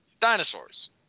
dinosaurs